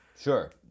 Sure